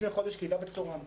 ולפני חודש מקהילה בצורן.